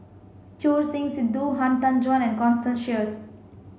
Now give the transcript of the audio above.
Choor Singh Sidhu Han Tan Juan and Constance Sheares